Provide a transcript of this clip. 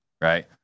right